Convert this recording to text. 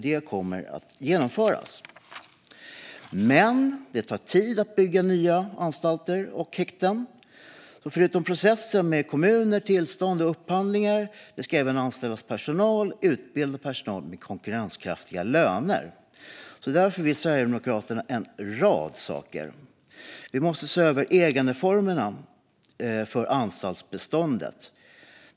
Detta kommer att genomföras. Men det tar tid att bygga nya anstalter och häkten. Förutom processen med kommuner, tillstånd och upphandlingar ska det även anställas personal - utbildad personal med konkurrenskraftiga löner. Därför vill Sverigedemokraterna göra en rad saker. Vi måste se över ägandeformerna för anstaltsbeståndet.